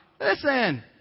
listen